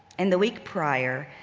in the week prior,